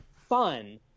fun